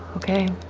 okay.